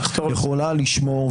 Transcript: יכולה לשמור,